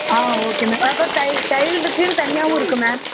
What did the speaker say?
ஆ okay ma'am அப்புறம் சைல்டுக்குன்னு தனியாகவும் இருக்குது மேம்